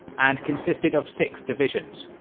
and consisted of six divisions,